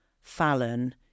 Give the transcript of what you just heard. Fallon